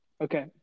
Okay